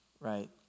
right